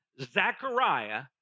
Zechariah